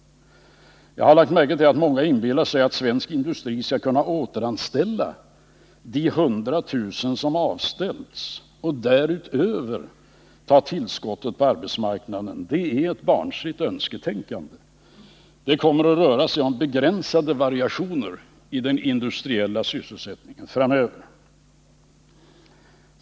Jag har lagt märke till att många inbillar sig att svensk industri skall kunna återanställa de hundratusentals som avställts och därutöver ta emot tillskottet på arbetsmarknaden. Det är ett barnsligt önsketänkande. Det kommer att röra sig om begränsade variationer i den industriella sysselsättningen framöver.